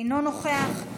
אינו נוכח,